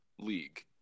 league